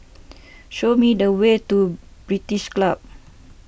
show me the way to British Club